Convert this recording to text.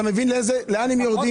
אתה מבין לאן הם יורדים?